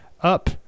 up